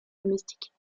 domestiques